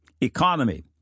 Economy